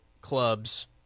clubs